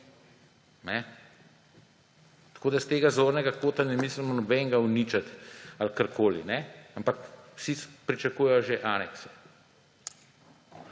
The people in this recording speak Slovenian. S tega zornega kota ne mislimo nobenega uničiti ali karkoli. Ampak vsi pričakujejo že anekse.